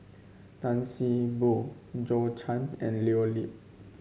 Tan See Boo Zhou Can and Leo Yip